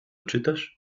czytasz